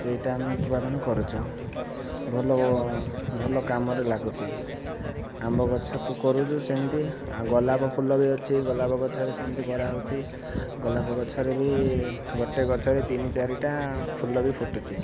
ସେଇଟା ଆମେ ଉତ୍ପାଦନ କରୁଛୁ ଭଲ ଭଲ କାମରେ ଲାଗୁଛି ଆମ୍ବ ଗଛକୁ କରୁଛୁ ସେମିତି ଆଉ ଗୋଲାପ ଫୁଲ ବି ଅଛି ଗୋଲାପ ଗଛରେ ସେମିତି କରାହେଉଛି ଗୋଲାପ ଗଛରେ ବି ଗୋଟିଏ ଗଛରେ ତିନି ଚାରିଟା ଫୁଲ ବି ଫୁଟୁଛି